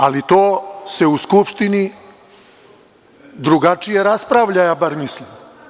Ali, to se u Skupštini drugačije raspravlja, ja bar mislim.